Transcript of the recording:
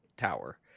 tower